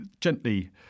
gently